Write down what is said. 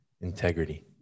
Integrity